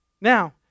Now